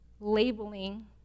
labeling